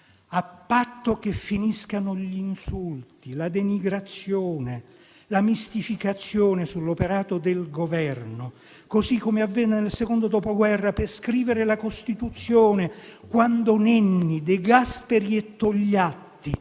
a patto che finiscano gli insulti, la denigrazione, la mistificazione sull'operato del Governo, così come avvenne nel secondo dopoguerra per scrivere la Costituzione, quando Nenni, De Gasperi e Togliatti,